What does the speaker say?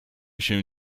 się